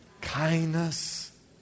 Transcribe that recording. kindness